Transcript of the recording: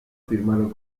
firmaron